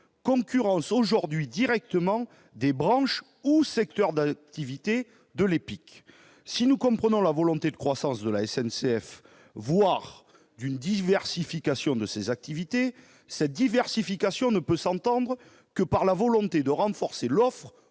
concurrencent aujourd'hui directement des branches ou secteurs d'activité de l'EPIC. Si nous comprenons la volonté de croissance de la SNCF, voire d'une diversification de ses activités, cette dernière ne peut s'entendre que par la volonté de renforcer l'offre